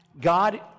God